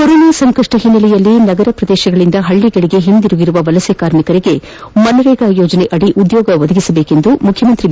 corona ಸಂಕಷ್ಟದ ಹಿನ್ನೆಲೆಯಲ್ಲಿ ನಗರ ಪ್ರದೇಶಗಳಿಂದ ಹಳ್ಳಿಗಳಿಗೆ ಹಿಂದಿರುಗಿರುವ ವಲಸೆ ಕಾರ್ಮಿಕರಿಗೆ ಮನ್ರೇಗಾ ಯೋಜನೆಯಡಿ ಉದ್ಯೋಗ ಒದಗಿಸುವಂತೆ ಮುಖ್ಯಮಂತ್ರಿ ಬಿ